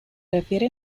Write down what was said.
refería